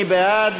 מי בעד?